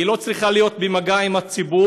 היא לא צריכה להיות במגע עם הציבור,